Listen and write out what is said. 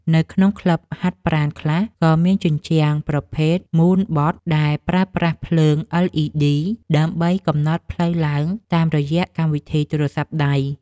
នៅក្នុងក្លឹបហាត់ប្រាណខ្លះ ក៏មានជញ្ជាំងប្រភេទ ជញ្ជាំងមូនបត ដែលប្រើប្រាស់ភ្លើង អិល.អ៊ី.ឌី ដើម្បីកំណត់ផ្លូវឡើងតាមរយៈកម្មវិធីទូរស័ព្ទដៃ។